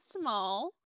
small